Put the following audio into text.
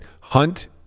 Hunt